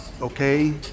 okay